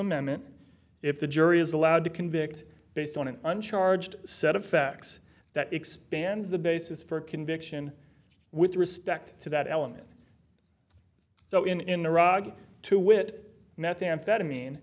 amendment if the jury is allowed to convict based on an uncharged set of facts that expands the basis for a conviction with respect to that element so in in iraq to wit methamphetamine